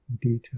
detail